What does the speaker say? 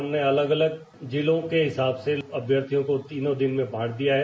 हमने अलग अलग जिलों के हिसाब से अभ्यर्थियों को तीनों दिन में बाट दिया है